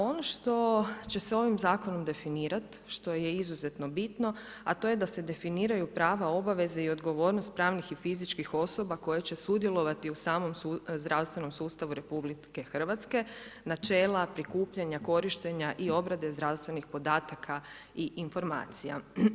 Ono što će se ovih zakonom definirati, što je izuzetno bitno a to je da se definiraju prava, obaveze i odgovornost pravnih i fizičkih osoba koje će sudjelovati u samom zdravstvenom sustavu RH, načela, prikupljanja, korištenja i obrade zdravstvenih podataka i informacija.